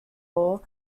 law